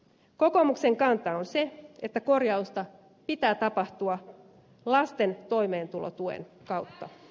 kokoomuksen kanta on se että korjausta pitää tapahtua lasten toimeentulotuen kautta